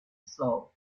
slow